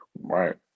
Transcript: Right